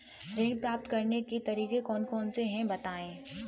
ऋण प्राप्त करने के तरीके कौन कौन से हैं बताएँ?